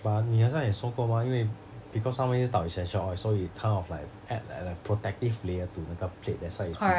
but 你很像有说过吗因为 because 他们一直倒 essential oil so it kind of like add a protective layer to 那个 plate that's why it's